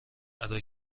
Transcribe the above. ادا